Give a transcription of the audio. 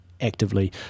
actively